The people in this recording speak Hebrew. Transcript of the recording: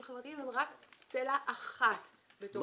חברתיים הם רק צלע אחת בוועדה המקומית.